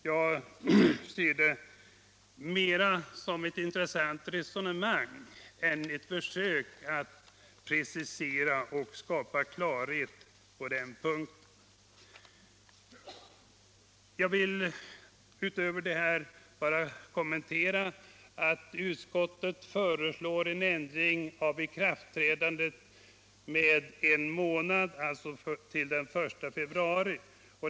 Jag ser det mera som ett intressant resonemang än ett försök att precisera och skapa klarhet på den punkten. Jag vill utöver detta bara redovisa att utskottet föreslår en ändring av ikraftträdandet med en månad, alltså till den 1 februari.